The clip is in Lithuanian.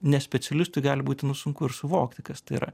ne specialistui gali būti nu sunku ir suvokti kas tai yra